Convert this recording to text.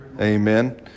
Amen